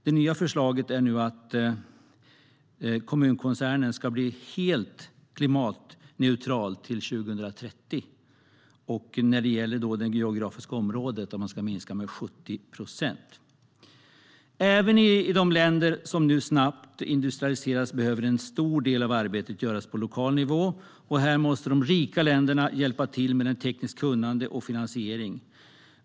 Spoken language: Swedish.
Det nya förslaget är nu att kommunkoncernen ska bli helt klimatneutral till 2030, och när det gäller det geografiska området ska man göra en minskning med 70 procent. Även i de länder som nu snabbt industrialiseras behöver en stor del av arbetet göras på lokal nivå. Här måste de rika länderna hjälpa till med tekniskt kunnande och finansiering.